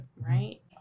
Right